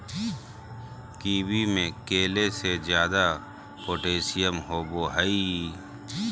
kiwi में केले से ज्यादा पोटेशियम होबो हइ